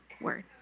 word